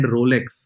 Rolex